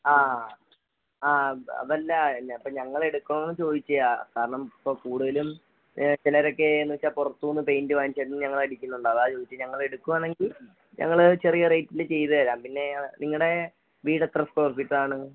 ആ ആ അതല്ല ഇല്ല അപ്പോൾ ഞങ്ങൾ എടുക്കണോ എന്ന് ചോദിക്കുകയാ കാരണം ഇപ്പോൾ കൂടുതലും ചിലരൊക്കെ എന്ന് വെച്ചാൽ പുറത്തുനിന്ന് പെയ്ൻറ്റ് വാങ്ങിച്ച് തന്ന് ഞങ്ങളടിക്കുന്നുണ്ട് അതാ ചോദിച്ചത് ഞങ്ങളെടുക്കുവാണെങ്കിൽ ഞങ്ങൾ ചെറിയ റെയ്റ്റ്ൽ ചെയ്തുതരാം പിന്നെ അത് നിങ്ങളുടെ വീടെത്ര സ്ക്വയർ ഫീറ്റ് ആണ്